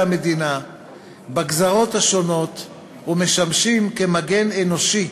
המדינה בגזרות השונות ומשמשים כמגן אנושי